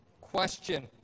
question